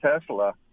Tesla